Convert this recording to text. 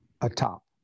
atop